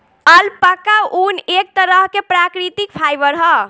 alpaca ऊन, एक तरह के प्राकृतिक फाइबर ह